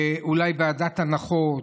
אולי ועדת הנחות,